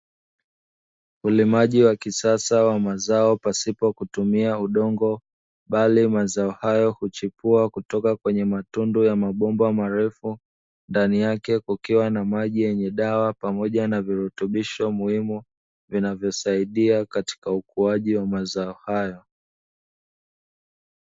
Ulimaji wa kisasa wa mazao pasipo kutumia udongo, bali mazao hayo huchipua kutoka kwenye matundu ya mabomba marefu, ndani yake kukiwa na maji yenye dawa pamoja na virutubisho muhimu, vinavyosaidia katika ukuaji wa mazao hayo.